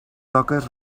toques